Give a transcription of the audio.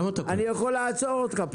אני יכול לעצור אותך.